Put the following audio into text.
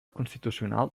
constitucional